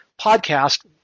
podcast